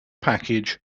package